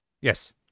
Yes